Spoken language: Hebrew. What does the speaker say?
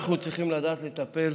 אנחנו צריכים לדעת לטפל